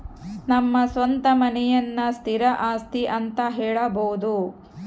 ನಮ್ಮ ಸ್ವಂತ ಮನೆಯನ್ನ ಸ್ಥಿರ ಆಸ್ತಿ ಅಂತ ಹೇಳಬೋದು